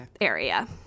area